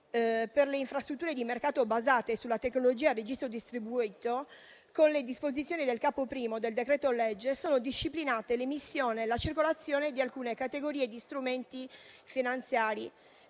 per le infrastrutture di mercato basate sulla tecnologia a registro distribuito, con le disposizioni del Capo I del decreto-legge sono disciplinate l'emissione e la circolazione di alcune categorie di strumenti finanziari